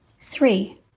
Three